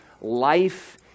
life